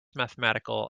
mathematical